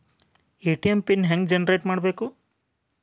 ATM PIN ಹೆಂಗ್ generate ಮಾಡಬೇಕು?